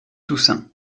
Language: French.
toussaint